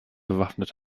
bewaffnet